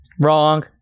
Wrong